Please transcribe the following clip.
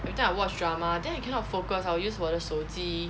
every time I watch drama then I cannot focus I will use 我的手机